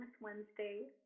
Wednesday